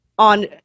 On